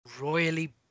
royally